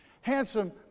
handsome